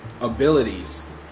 abilities